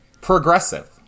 progressive